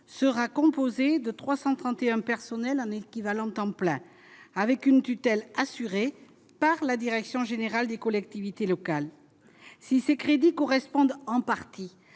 sera composée de 331 personnel en équivalent temps plein, avec une tutelle assurée par la direction générale des collectivités locales si ces crédits correspondent en partie